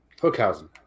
Hookhausen